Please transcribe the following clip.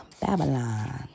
Babylon